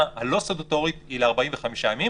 ההכרזה הלא סטטוטורית היא לתקופה של 45 ימים.